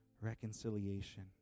reconciliation